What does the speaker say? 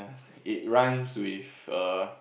it rhymes with err